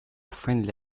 friendly